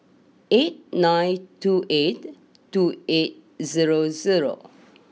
eight nine two eight two eight zero zero